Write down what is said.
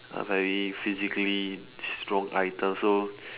a very physically strong item so